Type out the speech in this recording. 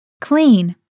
Clean